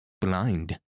Blind